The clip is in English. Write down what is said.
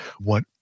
what-